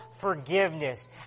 forgiveness